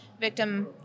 victim